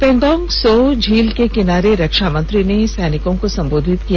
पेंगोंग सो झील के किनारे रक्षा मंत्री ने सैनिकों को सम्बोधित किया